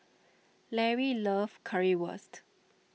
Lary loves Currywurst